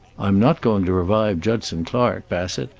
i'm not going to revive judson clark, bassett.